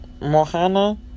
Mohana